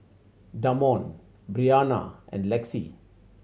Damond Bryana and Lexi